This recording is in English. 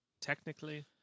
technically